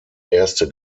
erste